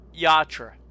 yatra